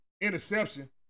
interception